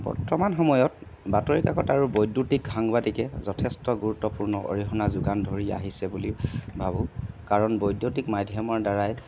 বৰ্তমান সময়ত বাতৰিকাকত আৰু বৈদ্যুতিক সাংবাদিকে যথেষ্ট গুৰুত্বপূৰ্ণ অৰিহণা যোগান ধৰি আহিছে বুলি ভাবোঁ কাৰণ বৈদ্যুতিক মাধ্যমৰ দ্বাৰাই